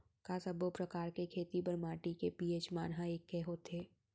का सब्बो प्रकार के खेती बर माटी के पी.एच मान ह एकै होथे?